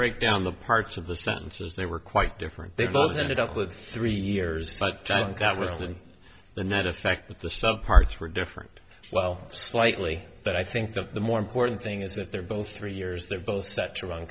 break down the parts of the sentences they were quite different they both ended up with three years so i think that will end the net effect with the some parts were different well slightly but i think that the more important thing is that they're both three years they're both